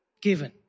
given